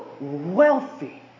wealthy